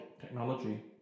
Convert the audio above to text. technology